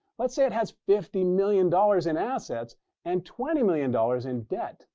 let's say it has fifty million dollars in assets and twenty million dollars in debt.